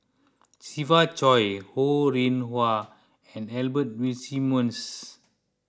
Siva Choy Ho Rih Hwa and Albert Winsemius